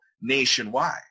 nationwide